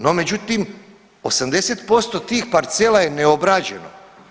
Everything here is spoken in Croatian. No međutim, 80% tih parcela je neobrađeno.